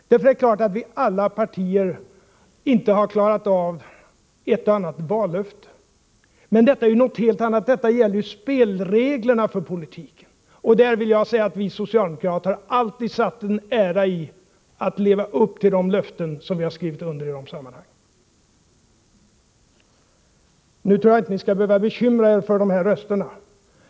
Det är klart att det är så för alla partier, att vi inte har klarat av ett och annat vallöfte. Men det är ju någonting helt annat, detta gäller ju spelreglerna för politiken. Jag vill säga att vi socialdemokrater alltid har satt en ära i att leva upp till de löften som vi har skrivit under i de sammanhangen. Nu tror jag inte att ni skall behöva bekymra er för de här rösterna.